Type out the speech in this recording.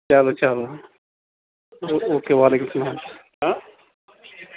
چلو چلو اوکے وعلیکُم السلام